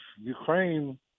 Ukraine